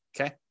okay